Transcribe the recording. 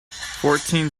fourteen